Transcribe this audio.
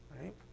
Right